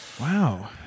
Wow